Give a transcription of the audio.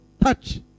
touch